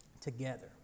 together